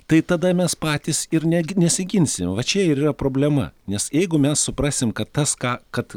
tai tada mes patys ir netgi nesiginsim va čia ir yra problema nes jeigu mes suprasim kad tas ką kad